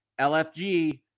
LFG